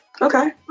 Okay